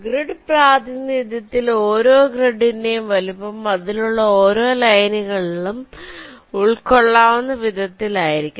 grid പ്രാതിനിധ്യത്തിൽ ഓരോ ഗ്രിഡിന്റെയും വലുപ്പം അതിലുള്ള ഓരോ ലൈനുകളും ഉൾക്കൊള്ളാവുന്ന വിധത്തിൽ ആയിരിക്കണം